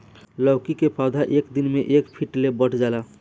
लैकी के पौधा एक दिन मे एक फिट ले बढ़ जाला